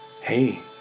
hey